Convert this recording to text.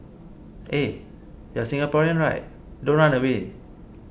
eh you're Singaporean right don't run away